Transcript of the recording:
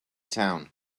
town